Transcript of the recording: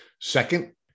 Second